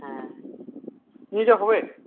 হ্যাঁ নিয়ে যাওয়া হবে